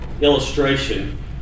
illustration